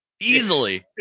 Easily